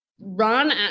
Ron